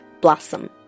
blossom